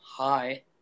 Hi